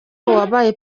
wabaye